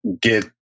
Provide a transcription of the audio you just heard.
get